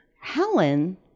Helen